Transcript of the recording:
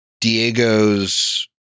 Diego's